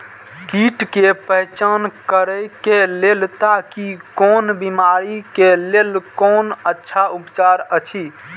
कीट के पहचान करे के लेल ताकि कोन बिमारी के लेल कोन अच्छा उपचार अछि?